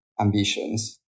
ambitions